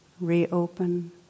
reopen